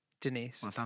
Denise